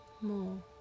more